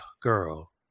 Girl